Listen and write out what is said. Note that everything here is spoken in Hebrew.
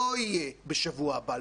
לא יהיה בשבוע הבא,